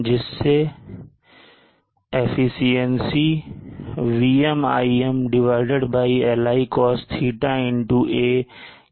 जिससे कार्य क्षमता VmIm Li cos θ A के बराबर होती है